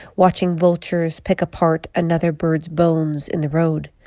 watching vultures pick apart another bird's bones in the road.